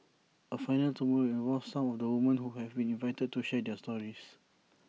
A finale tomorrow will involve some of the woman who have been invited to share their stories